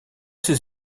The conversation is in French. ses